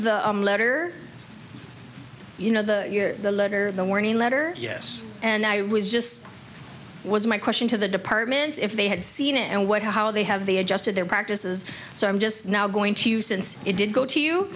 the letter you know the year the letter the warning letter yes and i was just was my question to the department if they had seen and what how they have they adjusted their practices so i'm just now going to you since it did go to you